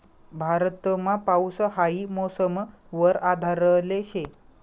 भारतमा पाऊस हाई मौसम वर आधारले शे